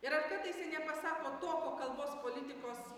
ir ar kartais jie nepasako to kalbos politikos